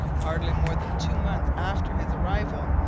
hardly more than two months after his arrival,